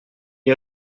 est